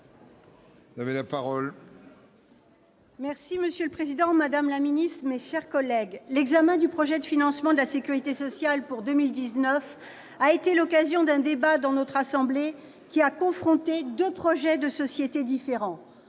citoyen et écologiste. Monsieur le président, madame la ministre, mes chers collègues, l'examen du projet de loi de financement de la sécurité sociale pour 2019 a été l'occasion d'un débat dans notre assemblée qui a confronté deux projets de société différents.